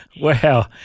Wow